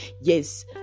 yes